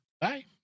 Bye